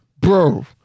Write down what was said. bro